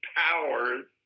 powers